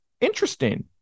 Interesting